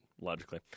logically